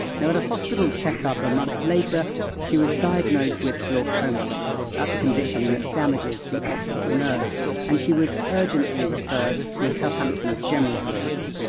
now at a hospital check-up a month later she was diagnosed with glaucoma that's a condition that damages the optic nerve and she was urgently referred to southampton's general hospital.